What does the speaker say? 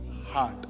heart